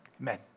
Amen